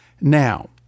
Now